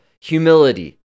humility